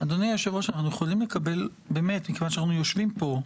אדוני היושב-ראש, מכיוון שאנחנו יושבים פה,